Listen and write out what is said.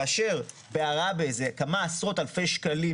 כאשר בעראבה זה כמה עשרות אלפי שקלים